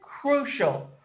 crucial